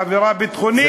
עבירה ביטחונית,